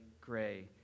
gray